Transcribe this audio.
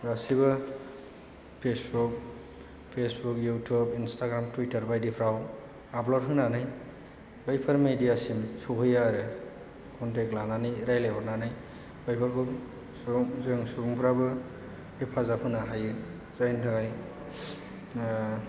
गासैबो Facebook YouTube Instagram Twitter बायदिफोराव आपल'ड होनानै बैफोर मिडियासिम सहैयो आरो कन्टेक्ट लानानै रायज्लायहरनानै बैफोरखौ जों सुबुंफोराबो हेफाजाब होनो हायो जायनि थाखाय